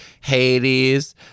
Hades